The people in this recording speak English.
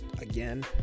again